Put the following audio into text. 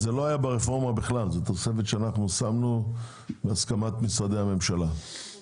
זה לא היה ברפורמה אלא זאת תוספת שאנחנו הוספנו בהסכמת משרדי הממשלה.